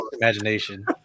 imagination